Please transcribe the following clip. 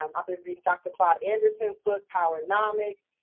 um i've been reading dr. claud anderson's book powernomics.